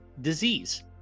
disease